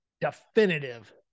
definitive